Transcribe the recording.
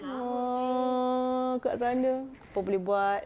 !wah! kat sana apa boleh buat